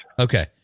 Okay